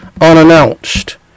unannounced